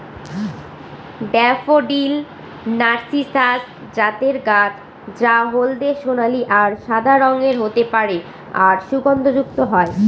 daffodil narcissus জাতের গাছ যা হলদে সোনালী আর সাদা রঙের হতে পারে আর সুগন্ধযুক্ত হয়